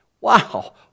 Wow